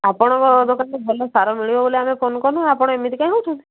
ଆପଣଙ୍କ ଦୋକାନରେ ଭଲ ସାର ମିଳିବ ବୋଲି ଆମେ ଫୋନ୍ କଲୁ ଆପଣ ଏମିତି କାଇଁ ହେଉଛନ୍ତି